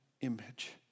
image